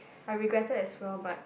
I regretted as well but